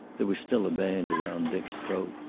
there was still a band around dick's throat.